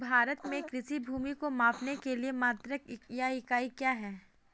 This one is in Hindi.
भारत में कृषि भूमि को मापने के लिए मात्रक या इकाई क्या है?